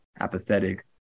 apathetic